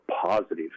positive